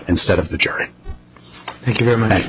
instead of the jury thank you very much